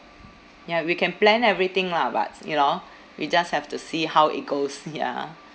ya we can plan everything lah but you know you just have to see how it goes ya